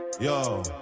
Yo